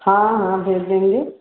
हाँ हाँ भेजेंगे